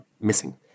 missing